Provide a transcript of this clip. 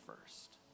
first